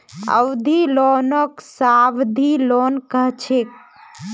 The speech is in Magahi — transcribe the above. अवधि लोनक सावधि लोन कह छेक